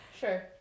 sure